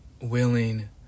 willing